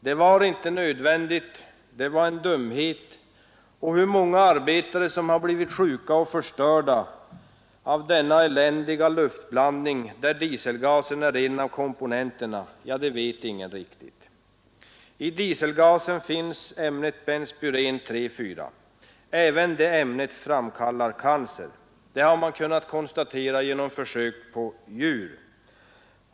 Det var inte nödvändigt, det var en dumhet, och hur många arbetare som har blivit sjuka och förstörda av denna eländiga luftblandning där dieselgasen är en av komponenterna — ja, det vet ingen riktigt. I dieselgasen finns ämnet benspyren-3,4. Även det ämnet framkallar cancer. Det har man kunnat konstatera genom försök på djur.